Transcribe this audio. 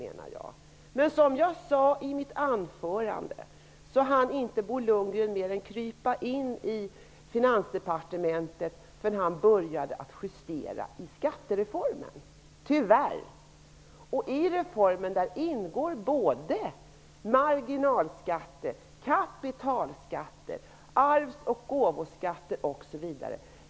Men som jag sade i mitt anförande hann inte Bo Lundgren mer än krypa in i Finansdepartementet förrän han började att justera i skattereformen, tyvärr. I reformen ingår såväl marginalskatter, kapitalskatter som arvs och gåvoskatter osv.